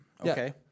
Okay